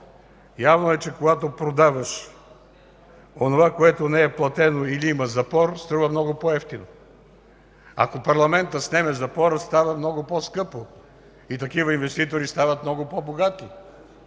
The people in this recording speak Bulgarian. Явно е, че когато продаваш онова, което не е платено или има запор, струва много по-евтино. Ако парламентът снеме запора, става по-скъпо и такива инвеститори стават много по-богати.